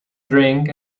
drink